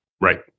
Right